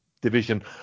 division